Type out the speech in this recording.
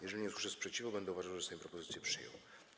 Jeżeli nie usłyszę sprzeciwu, będę uważał, że Sejm propozycję przyjął.